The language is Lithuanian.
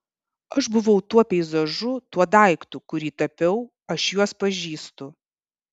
aš buvau tuo peizažu tuo daiktu kurį tapiau aš juos pažįstu